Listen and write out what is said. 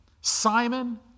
Simon